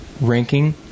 ranking